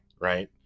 right